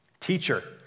Teacher